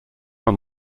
man